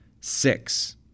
six